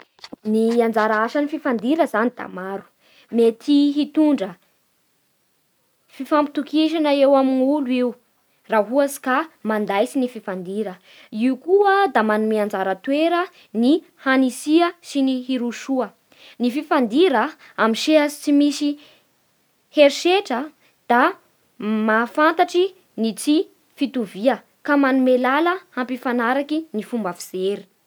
Ny anjara asan'ny fifandira zany da maro. Mety hitondra fifampitokisana eo amin'ny olo io laha ohatsy ka mandaitsy ny fifandira. Io ko da manome anjara toera ny hanitsia sy ny hirosoa. Ny fifandira amin'ny sehatry tsy misy herisetra da mahafantatsy ny tsy fitovia ka manome lala hampifanaraky ny fomba fijery.